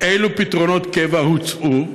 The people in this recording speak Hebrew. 3. אילו פתרונות קבע הוצעו?